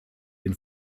den